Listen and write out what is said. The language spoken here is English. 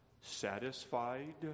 satisfied